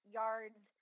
yards